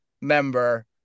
member